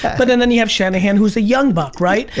but and then you have shanahan, who's a young buck, right? yeah.